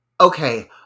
okay